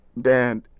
Dad